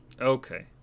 Okay